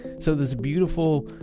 so this beautiful,